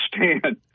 understand